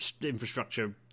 infrastructure